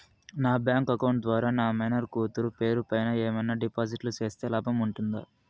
నా bank account ద్వారా నా మైనర్ కూతురు పేరు పైన ఏమన్నా డిపాజిట్లు సేస్తే లాభం ఉంటుందా?